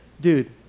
dude